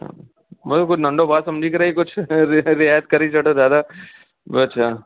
बराबरि नंढो भाउ सम्झी करे ई कुझु रेट ते रियायत करे छॾो दादा ॿियो छा